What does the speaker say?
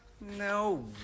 No